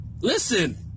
Listen